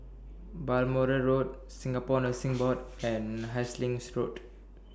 Balmoral Road Singapore Nursing Board and Hastings Road